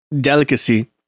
delicacy